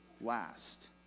last